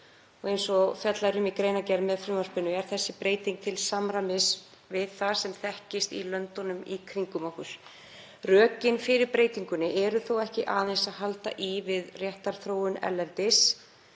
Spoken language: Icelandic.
ár. Eins og fjallað er um í greinargerð með frumvarpinu er sú breyting til samræmis við það sem þekkist í löndunum í kringum okkur. Rökin fyrir breytingunni eru þó ekki aðeins að halda í við réttarþróun